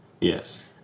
Yes